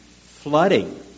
flooding